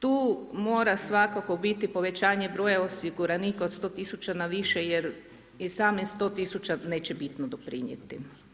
Tu mora svakako biti povećanje broja osiguranika od 100000 na više, jer i samo 100000 neće bitno doprinijeti.